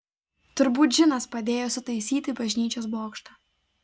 turbūt džinas padėjo sutaisyti bažnyčios bokštą